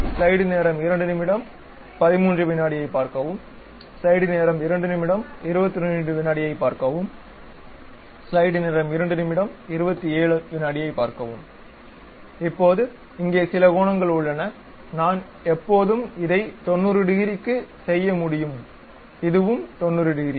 ஐப் பார்க்கவும் ஐப் பார்க்கவும் இப்போது இங்கே சில கோணங்கள் உள்ளன நான் எப்போதும் இதை 90 டிகிரிக்கு செய்ய முடியும் இதுவும் 90 டிகிரி